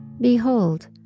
Behold